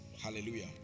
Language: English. Hallelujah